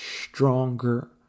stronger